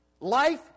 Life